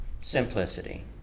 simplicity